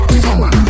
summer